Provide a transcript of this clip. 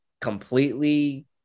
completely